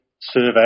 survey